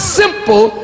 simple